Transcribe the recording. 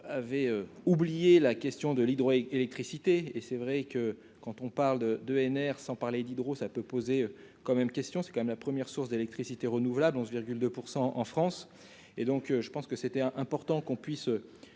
avait oublié la question de l'hydroélectricité et c'est vrai que quand on parle de d'ENR, sans parler d'Hydro-ça peut poser quand même question c'est quand même la première source d'électricité renouvelable en 2 % en France et donc je pense que c'était important qu'on puisse